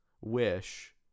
wish